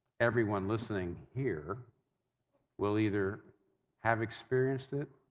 everyone listening here will either have experienced it